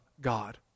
God